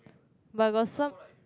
but got some